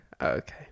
Okay